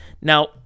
Now